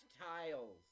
tiles